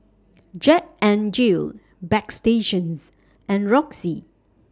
Jack N Jill Bagstationz and Roxy